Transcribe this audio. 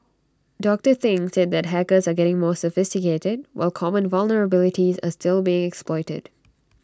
doctor thing said that hackers are getting more sophisticated while common vulnerabilities are still being exploited